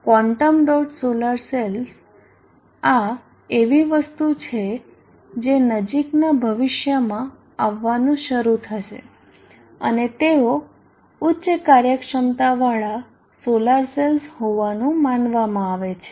quantum dot solar cells આ એવી વસ્તુ છે જે નજીકના ભવિષ્યમાં આવવાનું શરૂ થશે અને તેઓ ઉચ્ચ કાર્યક્ષમતાવાળા સોલર સેલ્સ હોવાનું માનવામાં આવે છે